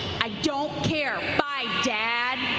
i don't care. bye dad.